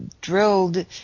drilled